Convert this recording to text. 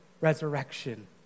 resurrection